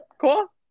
cool